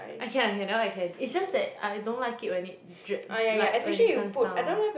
I can I can that one I can is just that I don't like it when it drips like when it comes down